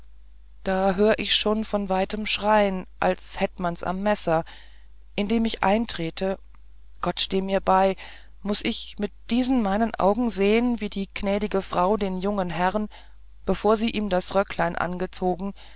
das hört ich schon von weitem schrein als hätte man's am messer indem ich eintrete gott steh mir bei muß ich mit diesen meinen augen sehn wie die gnädige frau den jungen herrn bevor sie ihm das röcklein angezogen